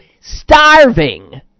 starving